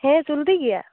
ᱦᱮᱸ ᱪᱚᱞᱛᱤ ᱜᱮᱭᱟ